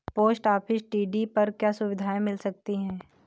Post office T D पर क्या सुविधाएँ मिल सकती है?